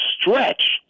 stretch